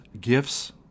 gifts